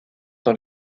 dans